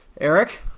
Eric